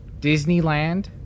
Disneyland